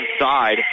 inside